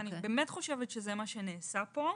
ואני באמת חושבת שזה מה שנעשה פה.